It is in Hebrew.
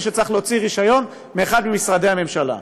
שצריך להוציא רישיון מאחד ממשרדי הממשלה,